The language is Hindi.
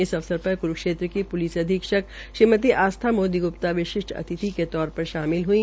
इस अवसर पर क्रूक्षेत्र की प्लिस अधीक्षक श्रीमती आस्था मोदी ग्प्ता विशिष्ठ अतिथि के तौर पर शामिल हई